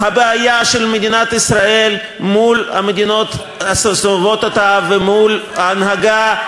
הבעיה של מדינת ישראל מול המדינות הסובבות אותה ומול ההנהגה,